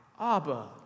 Abba